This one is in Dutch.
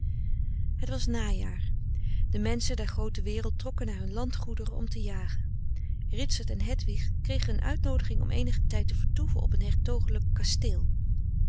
het was najaar de menschen der groote wereld trokken naar hun landgoederen om te jagen ritsert en hedwig kregen een uitnoodiging om eenigen tijd te vertoeven op een hertogelijk kasteel